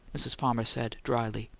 mrs. palmer said, dryly.